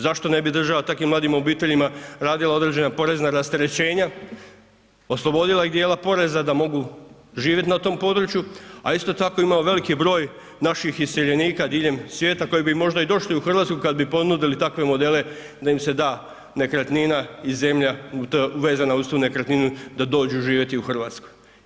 Zašto ne bi država takvim mladim obiteljima radila određena porezna rasterećenja, oslobodila ih djela poreza da mogu živjet ina tom području a isto tako ima veliki broj naših iseljenika diljem svijeta koji bi možda i došli u Hrvatsku kad bi ponudili takve modele da im se da nekretnina i zemlja vezana uz tu nekretninu da dođu živjeti u Hrvatskoj.